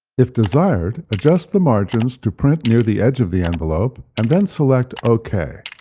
if desired, adjust the margins to print near the edge of the envelope, and then select ok.